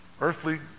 earthly